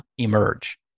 emerge